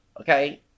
okay